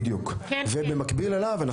ובמקביל אליו,